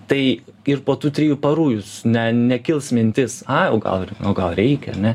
tai ir po tų trijų parų jūs ne nekils mintis ai o gal ir o gal reikia ne